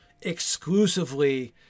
exclusively